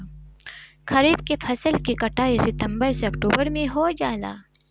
खरीफ के फसल के कटाई सितंबर से ओक्टुबर में हो जाला